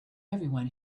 everyone